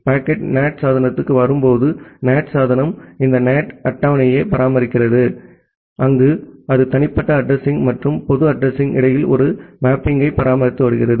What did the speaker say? packet NAT சாதனத்திற்கு வரும்போது NAT சாதனம் இந்த NAT அட்டவணையை பராமரிக்கிறது அங்கு அது தனிப்பட்ட அட்ரஸிங் மற்றும் பொது அட்ரஸிங்க்கு இடையில் ஒரு மேப்பிங்கை பராமரித்து வருகிறது